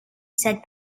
said